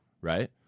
right